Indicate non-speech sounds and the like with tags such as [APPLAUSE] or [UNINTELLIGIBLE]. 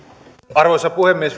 arvoisa puhemies [UNINTELLIGIBLE]